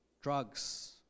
Drugs